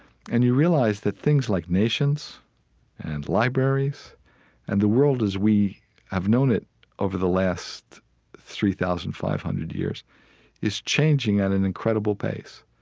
and you realize that things like nations and libraries and the world as we have known it over the last three thousand five hundred years is changing at an incredible pace.